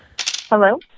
Hello